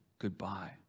goodbye